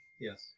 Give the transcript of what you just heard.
Yes